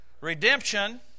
Redemption